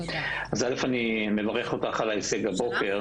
ראשית, אני מברך אותך על הדיון.